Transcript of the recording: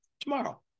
tomorrow